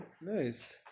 Nice